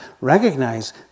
recognize